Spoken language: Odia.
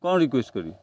କ'ଣ ରିକ୍ୱେଏଷ୍ଟ କରିବି